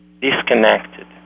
disconnected